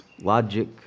logic